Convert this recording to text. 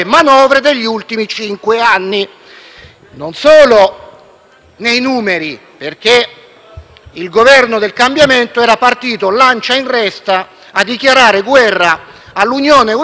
non solo nei numeri. Il Governo del cambiamento era partito lancia in resta a dichiarare guerra all'Unione europea dicendo di